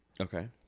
okay